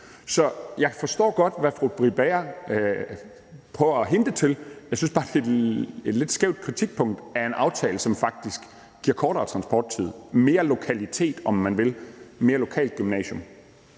Så jeg forstår godt, hvad fru Britt Bager prøver at hentyde til. Jeg synes bare, det er en lidt skæv kritik af en aftale, som faktisk giver kortere transporttid, mere lokalitet, om man vil, og et mere lokalt gymnasium.